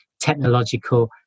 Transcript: technological